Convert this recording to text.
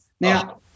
Now